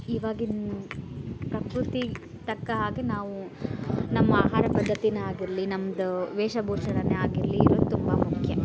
ಇವಾಗಿಂದು ಪ್ರಕೃತಿಗೆ ತಕ್ಕ ಹಾಗೆ ನಾವು ನಮ್ಮ ಆಹಾರ ಪದ್ಧತಿಯೇ ಆಗಿರಲಿ ನಮ್ಮದು ವೇಷಭೂಷಣವೇ ಆಗಿರಲಿ ಇರೋದು ತುಂಬ ಮುಖ್ಯ